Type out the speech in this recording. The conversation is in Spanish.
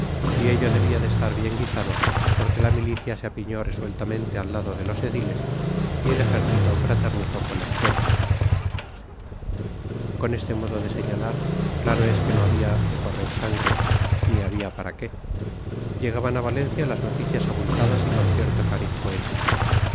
y ello debía de estar bien guisado porque la milicia se apiñó resueltamente al lado de los ediles y el ejército fraternizó con el pueblo con este modo de señalar claro es que no había de correr sangre ni había para qué llegaban a valencia las noticias abultadas y con cierto cariz poético